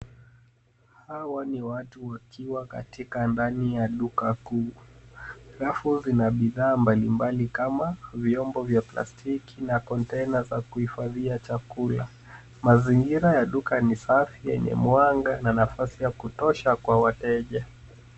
Hawa ni watu wakiwa katika ndani ya duka kuu. Rafu zina bidhaa mbalimbali kama vyombo vya plastiki na container za kuhifadhia chakula. Mazingira ya duka ni safi yenye mwanga na nafasi ya kutosha kwa wateja.